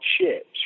ships